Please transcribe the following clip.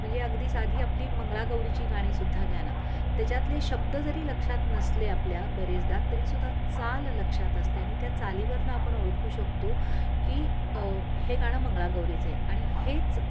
म्हणजे अगदी साधी आपली मंगळागौरीची गाणी सुद्धा घ्या ना त्याच्यातले शब्द जरी लक्षात नसले आपल्या बरेचदा तरी सुद्धा चाल लक्षात असते आणि त्या चालीवरून आपण ओळखू शकतो की हे गाणं मंगळागौरीचं आहे आणि हेच